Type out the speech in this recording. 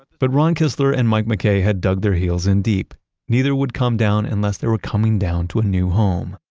but ron kistler and mike mackay had dug their heels in deep neither would come down unless they were coming down to a new home.